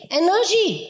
energy